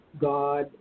God